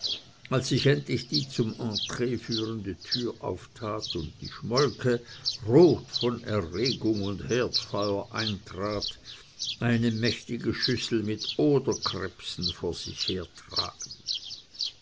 als sich endlich die zum entree führende tür auftat und die schmolke rot von erregung und herdfeuer eintrat eine mächtige schüssel mit oderkrebsen vor sich her